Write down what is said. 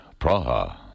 Praha